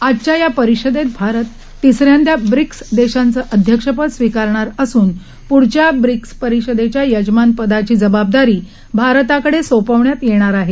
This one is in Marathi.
आजच्या या परिषदेत भारत तिसऱ्यांदा ब्रिक्स देशांचं अध्यक्षपद स्वीकारणार असून प्ढच्या ब्रिक्स परिषदेच्या यजमानपदाची जबाबदारी भारताकडे सोपवण्यात येणार आहे